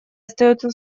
остается